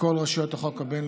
הינה השר אוחנה.